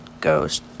goes